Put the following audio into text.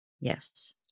Yes